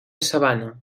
sabana